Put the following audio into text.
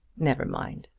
never mind.